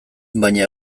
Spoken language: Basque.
baina